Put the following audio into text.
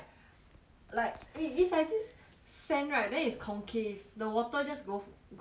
like eh is like this sand right then is concave the water just go go down like that